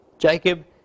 Jacob